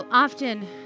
Often